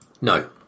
no